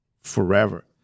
forever